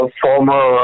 former